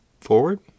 forward